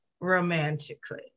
romantically